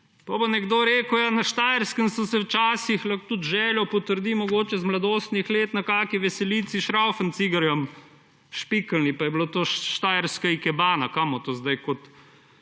bo nekdo rekel, ja, na Štajerskem so se včasih – lahko tudi Željo potrdi mogoče iz mladostnih let – na kakšni veselici s šraufencigerjem špiknili pa je bila to štajerska ikebana. Bomo to zdaj kot